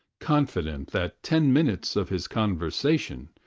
confident that ten minutes of his conversation,